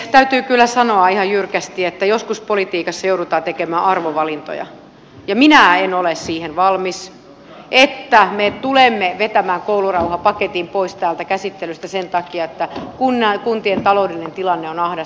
täytyy kyllä sanoa ihan jyrkästi että joskus politiikassa joudutaan tekemään arvovalintoja ja minä en ole siihen valmis että me tulemme vetämään koulurauhapaketin pois täältä käsittelystä sen takia että kuntien taloudellinen tilanne on ahdas